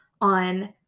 on